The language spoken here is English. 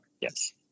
Yes